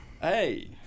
Hey